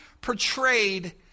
portrayed